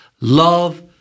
love